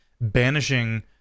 banishing